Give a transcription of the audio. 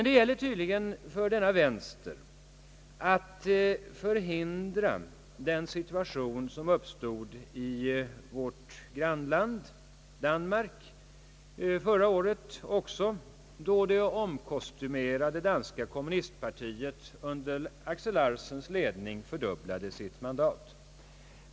Det gäller tydligen för denna vänster att förhindra den situation som uppstod i vårt grannland Danmark förra året, då det omkostymerade danska kommunistpartiet under Axel Larsens ledning fördubblade antalet mandat.